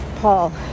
Paul